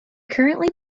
currently